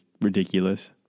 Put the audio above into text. ridiculous